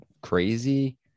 crazy